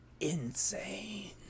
insane